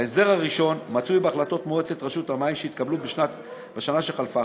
ההסדר הראשון מצוי בהחלטות מועצת רשות המים שהתקבלו בשנה שחלפה.